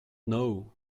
know